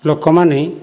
ଲୋକମାନେ